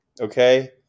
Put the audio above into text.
Okay